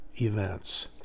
events